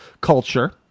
culture